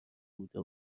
بوده